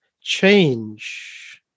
change